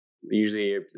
usually